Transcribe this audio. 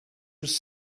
was